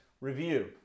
review